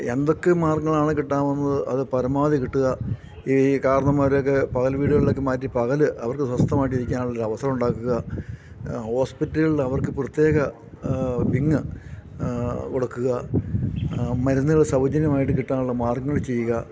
എന്തൊക്കെ മാർഗ്ഗങ്ങളാണ് കിട്ടാവുന്നത് അതു പരമാവധി കിട്ടുക ഈ കാർന്നോന്മാരെയൊക്കെ പകൽ വീടുകളിലേക്കു മാറ്റി പകല് അവർക്കു സ്വസ്ഥമായിട്ട് ഇരിക്കാനുള്ളൊരു അവസരമുണ്ടാക്കുക ഹോസ്പിറ്റലുകളിൽ അവർക്കു പ്രത്യേക വിങ്ങ് കൊടുക്കുക മരുന്നുകള് സൗജന്യമായിട്ടു കിട്ടാനുള്ള മാർഗങ്ങൾ ചെയ്യുക